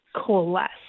coalesce